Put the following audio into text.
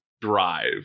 drive